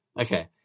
Okay